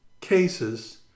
cases